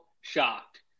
shocked